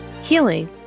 healing